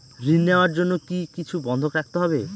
ঋণ নেওয়ার জন্য কি কিছু বন্ধক রাখতে হবে?